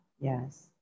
yes